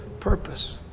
purpose